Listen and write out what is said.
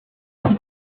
where